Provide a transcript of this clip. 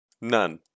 None